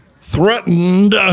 threatened